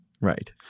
Right